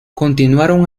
continuaron